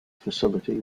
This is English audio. facility